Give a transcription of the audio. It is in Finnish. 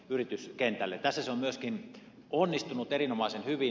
tässä se on myöskin onnistunut erinomaisen hyvin